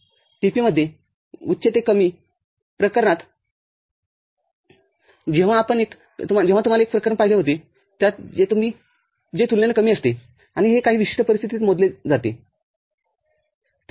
tP मध्ये उच्च ते कमीप्रकरणात जेव्हा तुम्हाला एक प्रकरण मिळाले आहेजे तुलनेने कमी असतेआणि हे काही विशिष्ट परिस्थितीत मोजले जाते ठीक आहे